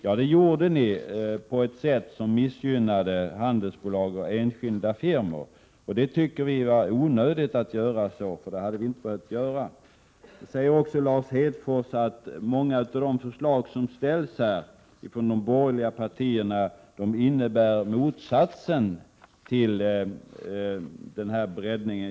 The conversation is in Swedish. Ja, det gjorde ni på ett sätt som missgynnade handelsbolag och enskilda firmor. Vi tycker att det var onödigt. Lars Hedfors säger också att många av de förslag som ställs från de borgerliga partierna innebär motsatsen till en breddning.